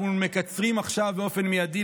בפריפריה אנחנו מקצרים עכשיו באופן מיידי